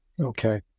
Okay